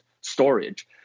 storage